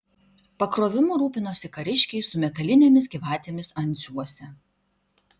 pakrovimu rūpinosi kariškiai su metalinėmis gyvatėmis antsiuvuose